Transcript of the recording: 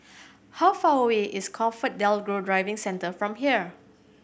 how far away is ComfortDelGro Driving Centre from here